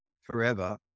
forever